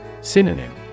Synonym